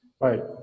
Right